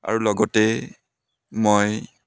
আৰু লগতে মই